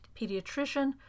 pediatrician